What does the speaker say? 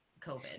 COVID